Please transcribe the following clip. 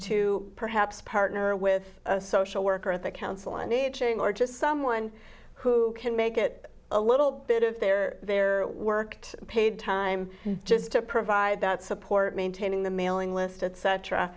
to perhaps partner with a social worker at the council an aging or just someone who can make it a little bit of their worked paid time just to provide that support maintaining the mailing list et